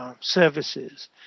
services